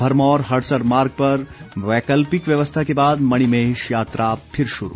भरमौर हड़सर मार्ग पर वैकल्पिक व्यवस्था के बाद मणिमहेश यात्रा फिर शुरू